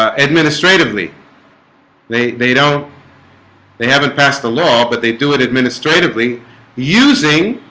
ah administrative, lea they they don't they haven't passed the law, but they do it administratively using